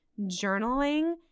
journaling